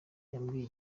yambwiye